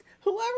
whoever